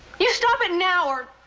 you stop it now or.